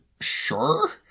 Sure